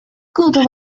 good